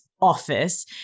office